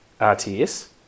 RTS